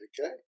Okay